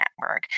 network